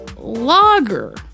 lager